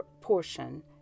portion